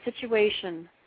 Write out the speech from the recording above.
situation